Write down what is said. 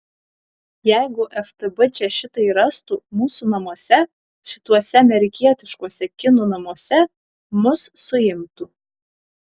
jeigu ftb čia šitai rastų mūsų namuose šituose amerikietiškuose kinų namuose mus suimtų